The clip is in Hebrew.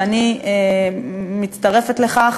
ואני מצטרפת לכך,